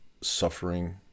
suffering